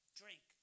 drink